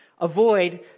Avoid